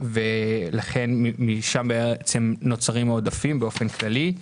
לכן, משם בעצם נוצרים העודפים באופן כללי.